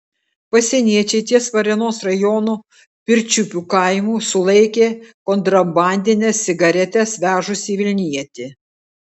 pasieniečiai ties varėnos rajono pirčiupių kaimu sulaikė kontrabandines cigaretes vežusį vilnietį